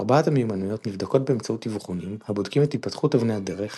ארבעת המיומנויות נבדקות באמצעות אבחונים הבודקים את התפתחות אבני הדרך